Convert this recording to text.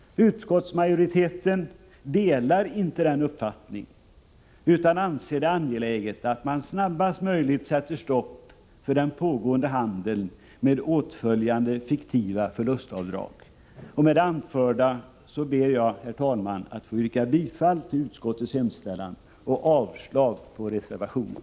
Utskottsmajoriteten delar inte den uppfattningen utan anser det angeläget att man snabbast möjligt sätter stopp för den pågående handeln, med åtföljande fiktiva förlustavdrag. Med det anförda ber jag, herr talman, att få yrka bifall till utskottets hemställan och avslag på reservationen.